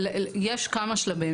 יש כמה שלבים.